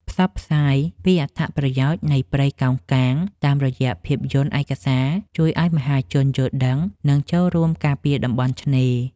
ផ្សព្វផ្សាយពីអត្ថប្រយោជន៍នៃព្រៃកោងកាងតាមរយៈភាពយន្តឯកសារជួយឱ្យមហាជនយល់ដឹង និង ចូលរួមការពារតំបន់ឆ្នេរ។